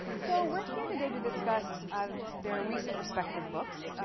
so we're here today to discuss their recent respective books.